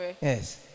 Yes